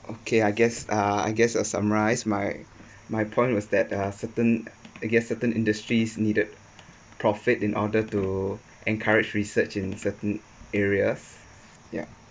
okay I guess uh I guess I’ll summarise my my point was that uh certain okay certain industries needed profit in order to encourage research in certain areas ya